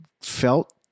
felt